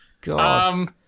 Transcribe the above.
God